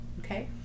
Okay